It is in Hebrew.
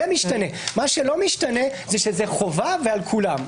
מה שלא משתנה זה שזה חובה ועל כולם.